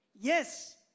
Yes